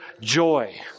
joy